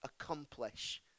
accomplish